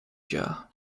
jar